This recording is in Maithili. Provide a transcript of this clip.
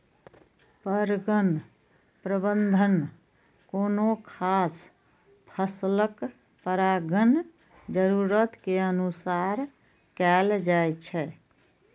परगण प्रबंधन कोनो खास फसलक परागण जरूरत के अनुसार कैल जाइ छै